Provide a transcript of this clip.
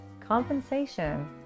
Compensation